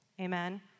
Amen